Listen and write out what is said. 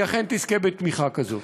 היא אכן תזכה בתמיכה כזאת.